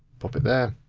pop it there.